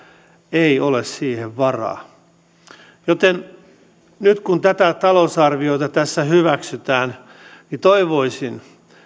ei ole siihen varaa nyt kun tätä talousarviota tässä hyväksytään niin toivoisin